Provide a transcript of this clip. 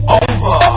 over